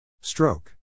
Stroke